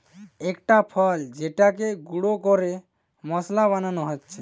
একটা ফল যেটাকে গুঁড়ো করে মশলা বানানো হচ্ছে